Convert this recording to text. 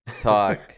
Talk